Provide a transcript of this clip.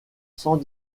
sans